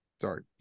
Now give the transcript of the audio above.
Sorry